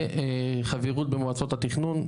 וחברות במועצות התכנון.